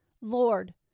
Lord